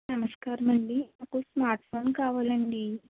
నమస్కారమండి నాకు స్మార్ట్ఫోన్ కావాలండి